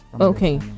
okay